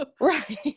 right